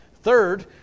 Third